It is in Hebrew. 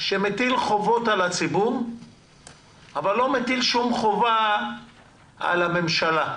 שמטיל חובות על הציבור אבל לא מטיל שום חובה על הממשלה,